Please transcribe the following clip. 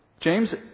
James